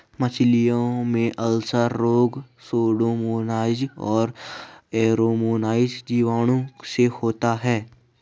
मछलियों में अल्सर रोग सुडोमोनाज और एरोमोनाज जीवाणुओं से होता है